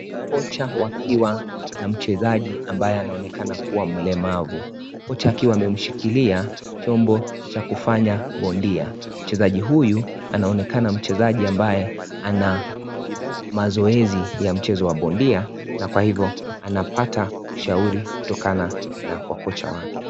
Kocha wakiwa na mchezaji ambaye anaonekana kuwa mlemavu, kocha akiwa amemshikilia chombo cha kufanya bondia, mchezaji huyu anaonekana mchezaji ambaye ana mazoezi ya mchezo wa bondia na kwa hivo anapata ushauri kutokana na kwa kocha wake.